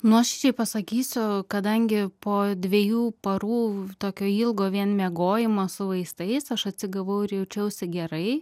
nuoširdžiai pasakysiu kadangi po dviejų parų tokio ilgo vien miegojimo su vaistais aš atsigavau ir jaučiausi gerai